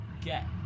get